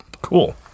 cool